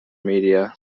media